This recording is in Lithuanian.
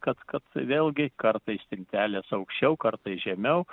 kad kad vėlgi kartais stintelės aukščiau kartais žemiau